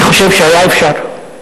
אני חושב שהיה אפשר,